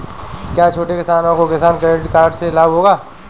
क्या छोटे किसानों को किसान क्रेडिट कार्ड से लाभ होगा?